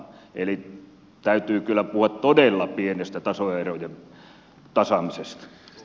eli täytyy kyllä puhua todella pienestä tuloerojen tasaamisesta